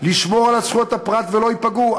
יש לשמור על זכויות הפרט, שלא ייפגעו.